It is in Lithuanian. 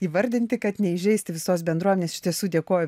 įvardinti kad neįžeisti visos bendruomenės iš tiesų dėkoju